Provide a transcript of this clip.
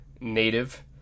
native